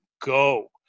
go